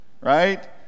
right